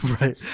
Right